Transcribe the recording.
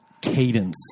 cadence